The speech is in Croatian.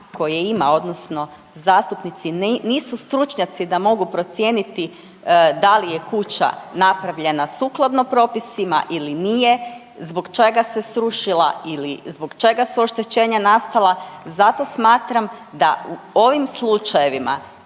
koje ima odnosno zastupnici nisu stručnjaci da mogu procijeniti da li je kuća napravljena sukladno propisima ili nije, zbog čega se srušila ili zbog čega su oštećenja nastala zato smatram da u ovim slučajevima